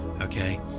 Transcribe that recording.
okay